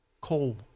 coal